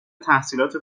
تحصیلات